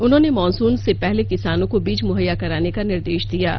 उन्होंने मौनसून से पहले किसानों को बीज मुहैया कराने का निर्देश दिया है